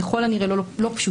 ככל הנראה לא פשוטות.